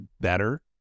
better